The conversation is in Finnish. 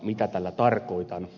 mitä tällä tarkoitan